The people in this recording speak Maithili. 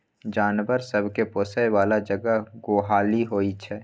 जानबर सब केँ पोसय बला जगह गोहाली होइ छै